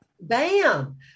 Bam